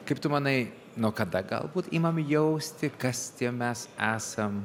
kaip tu manai nuo kada galbūt imam jausti kas tie mes esam